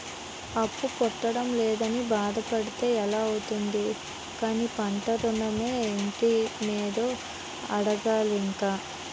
అప్పు పుట్టడం లేదని బాధ పడితే ఎలా అవుతుంది కానీ పంట ఋణమో, ఇంటి మీదో అడగాలి ఇంక